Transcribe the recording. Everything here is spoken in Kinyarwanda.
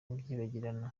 byibagirana